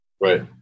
Right